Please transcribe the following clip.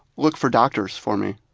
look for doctors for me.